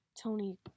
Tony